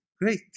Great